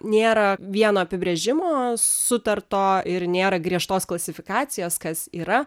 nėra vieno apibrėžimo sutarto ir nėra griežtos klasifikacijos kas yra